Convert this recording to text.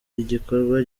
igikorwa